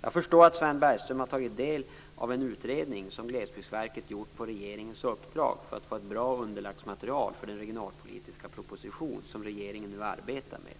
Jag förstår att Sven Bergström har tagit del av en utredning som Glesbygdsverket gjort på regeringens uppdrag för att få ett bra underlagsmaterial för den regionalpolitiska proposition som regeringen nu arbetar med.